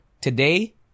today